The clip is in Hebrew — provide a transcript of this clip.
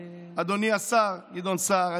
אדוני השר גדעון סער,